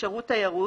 "שירות תיירות"